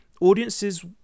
audiences